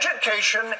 Education